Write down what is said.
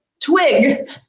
twig